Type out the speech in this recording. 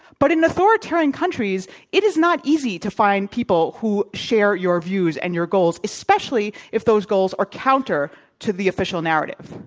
but in authoritarian countries it is not easy to find people who share your views and your goals, especially if those goals are counter to the official narrative.